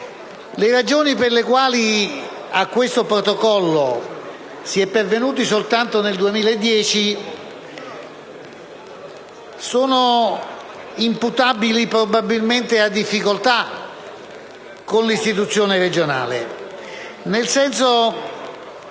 Le ragioni per le quali a questo Protocollo si è pervenuti soltanto nel 2010 sono imputabili probabilmente a difficoltà con l'istituzione regionale, nel senso che